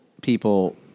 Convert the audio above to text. people